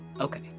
Okay